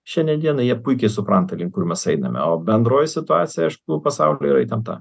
šiandien dienai jie puikiai supranta link kur mes einame o bendroji situacija aišku pasaulyje įtempta